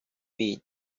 bit